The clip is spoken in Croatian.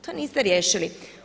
To niste riješili.